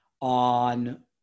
on